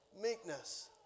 Meekness